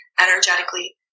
energetically